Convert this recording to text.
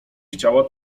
chciała